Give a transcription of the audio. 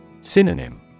Synonym